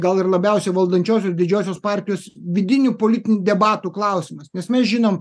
gal ir labiausiai valdančiosios didžiosios partijos vidinių politinių debatų klausimas nes mes žinom